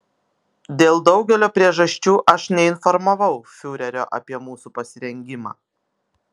dėl daugelio priežasčių aš neinformavau fiurerio apie mūsų pasirengimą